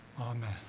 Amen